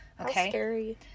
Okay